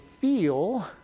feel